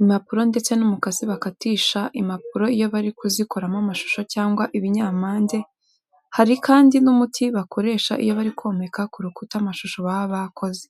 impapuro ndetse n'umukasi bakatisha impapuro iyo bari kuzikoramo amashusho cyangwa ibinyampande hari kandi n'umuti bakoresha iyo bari komeka ku rukuta amashusho baba bakoze.